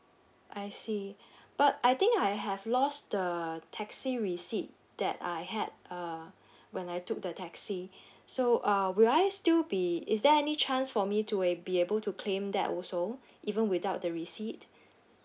I see but I think I have lost the taxi receipt that I had uh when I took the taxi so uh will I still be is there any chance for me to will be able to claim that also even without the receipt